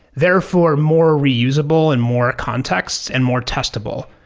therefore, more reusable in more contexts and more testable.